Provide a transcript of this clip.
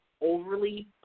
Overly